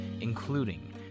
including